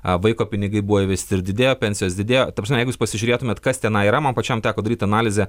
vaiko pinigai buvo įvesti ir didėjo pensijos didėjo ta prasme jeigu jūs pasižiūrėtumėt kas tenai yra man pačiam teko daryt analizę